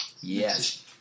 yes